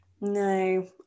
No